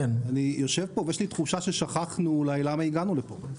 אני יושב פה ויש לי תחושה שאולי שכחנו למה הגענו לפה.